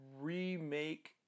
remake